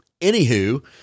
anywho